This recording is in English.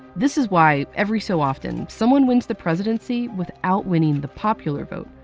this is why, every so often, someone wins the presidency without winning the popular vote.